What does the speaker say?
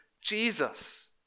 Jesus